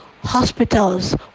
hospitals